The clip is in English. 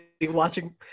watching